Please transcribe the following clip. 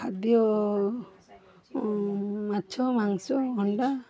ଖାଦ୍ୟ ମାଛ ମାଂସ ଅଣ୍ଡା